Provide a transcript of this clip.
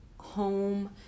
home